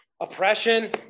oppression